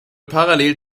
parallel